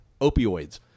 opioids